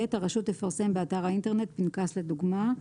הרשות תפרסם באתר האינטרנט פנקס לדוגמה.